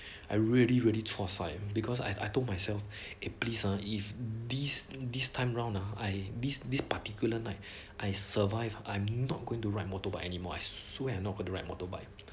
I really really chua sai because I I told myself eh please ah if these this time round ah I this this particular night I survive I'm not going to ride motorbike anymore I swear I not going to ride motorbike